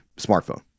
smartphone